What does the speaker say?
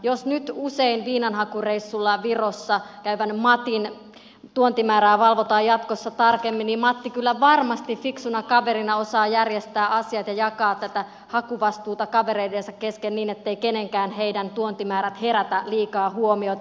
jos nyt usein viinanhakureissulla virossa käyvän matin tuontimäärää valvotaan jatkossa tarkemmin niin matti kyllä varmasti fiksuna kaverina osaa järjestää asiat ja jakaa tätä hakuvastuuta kavereidensa kesken niin etteivät heidän kenenkään tuontimäärät herätä liikaa huomiota